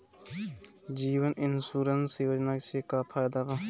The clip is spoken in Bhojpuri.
जीवन इन्शुरन्स योजना से का फायदा बा?